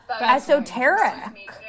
esoteric